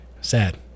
Sad